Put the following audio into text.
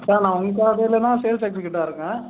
sir நான் உங்கள் கடையில் தான் சேல்ஸ் எக்ஸிக்யூட்டிவாக இருக்கேன்